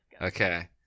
Okay